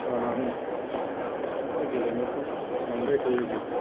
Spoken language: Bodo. जानानै बे गेलेनायखौ लांबाय थायोब्ला